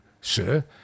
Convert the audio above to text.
sir